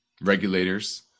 regulators